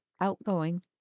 outgoing